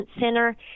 center